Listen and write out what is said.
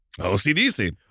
OCDC